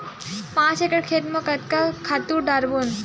पांच एकड़ खेत म कतका खातु डारबोन?